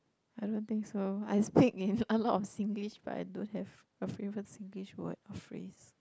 I don't think so I speak in a lot of Singlish but I don't have a favourite Singlish word or phrase